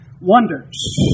wonders